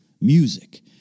music